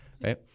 Right